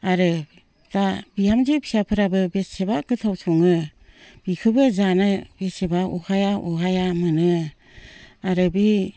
आरो दा बिहामजो फिसाफोराबो बेसेबा गोथाव सङो बेखौबो जानो बेसेबा अहाया अहाया मोनो आरो बे